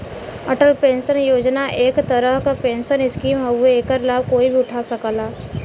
Atal pension योजना एक तरह क पेंशन स्कीम हउवे एकर लाभ कोई भी उठा सकला